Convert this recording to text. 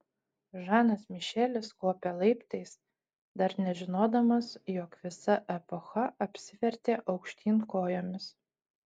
žanas mišelis kopė laiptais dar nežinodamas jog visa epocha apsivertė aukštyn kojomis